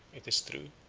it is true,